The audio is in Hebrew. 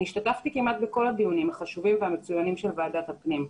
אני השתתפתי כמעט בכל הדיוניים החשובים והמצוינים של ועדת הפנים.